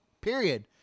Period